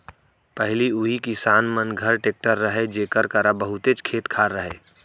पहिली उही किसान मन घर टेक्टर रहय जेकर करा बहुतेच खेत खार रहय